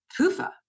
PUFA